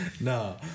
No